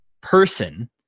person